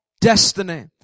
destiny